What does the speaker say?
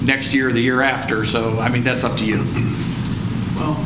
next year the year after so i mean that's up to you